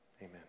Amen